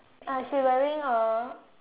uh she wearing a